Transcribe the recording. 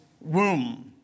womb